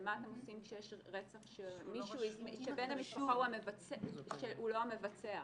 מה אתם עושים כשיש רצח שבן המשפחה הוא לא מבצע,